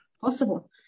possible